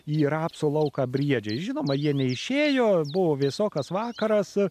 į rapsų lauką briedžiai žinoma jie neišėjo buvo vėsokas vakaras